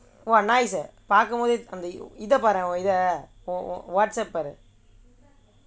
!wah! nice leh பார்க்கும் போது அந்த இந்த படம் லருதுலே உன்:paarkkum pothu antha intha padam varuthulae un WhatsApp பாரு:paaru